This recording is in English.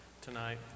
tonight